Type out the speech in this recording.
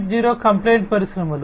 zero complaint పరిశ్రమలు